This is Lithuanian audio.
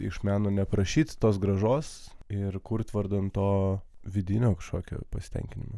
iš meno neprašyt tos grąžos ir kurt vardan to vidinio kažkokio pasitenkinimo